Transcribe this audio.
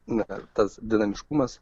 ne per tas dinamiškumas